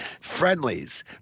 friendlies